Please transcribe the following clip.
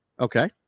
Okay